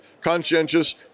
conscientious